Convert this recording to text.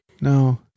No